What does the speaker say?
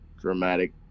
dramatic